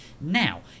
Now